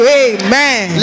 amen